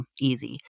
easy